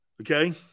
Okay